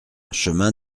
chemin